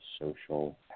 social